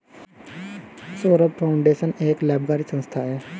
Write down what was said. Saurabh foundation एक गैर लाभकारी संस्था है